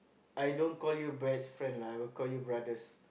I don't call you best friends lah I will call you brothers